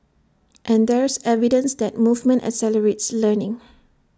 and there's evidence that movement accelerates learning